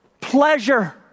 Pleasure